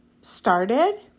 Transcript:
Started